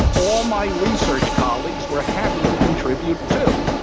all my research colleagues were happy to contribute too.